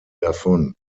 davon